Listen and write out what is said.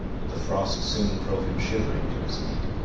but the frost soon drove him shivering to his feet.